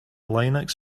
linux